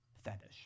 fetish